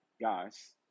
guys